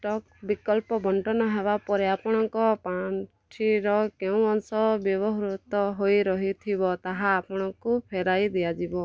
stock ବିକଳ୍ପ ବଣ୍ଟନ ହେବା ପରେ ଆପଣଙ୍କ ପାଣ୍ଠିର କେଉଁ ଅଂଶ ବ୍ୟବହୃତ ହୋଇ ରହିଥିବ ତାହା ଆପଣଙ୍କୁ ଫେରାଇ ଦିଆଯିବ